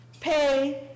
pay